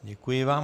Děkuji vám.